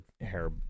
hair